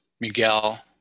Miguel